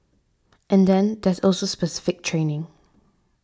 and then there's also specific training